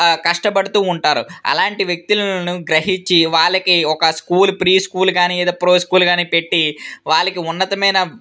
కష్టపడుతు ఉంటారు అలాంటి వ్యక్తులను గ్రహించి వాళ్ళకి ఒక స్కూల్ ప్రీస్కూల్ కానీ లేదా ప్రోస్కూల్ కానీ పెట్టి వాళ్ళకి ఉన్నతమైన